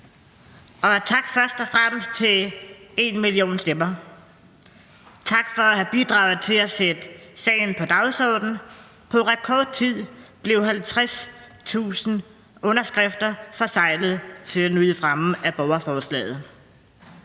og først og fremmest tak til #enmillionstemmer, tak for at have bidraget til at sætte sagen på dagsordenen. På rekordtid blev 50.000 underskrifter forseglet til at nyde fremme af borgerforslaget.